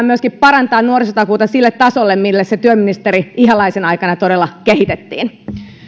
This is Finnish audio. myöskin parantaa nuorisotakuuta sille tasolle mille se työministeri ihalaisen aikana todella kehitettiin